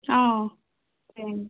okay